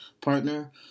partner